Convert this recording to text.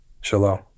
Shalom